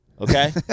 Okay